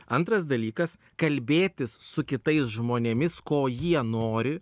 antras dalykas kalbėtis su kitais žmonėmis ko jie nori